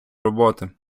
роботи